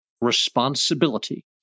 responsibility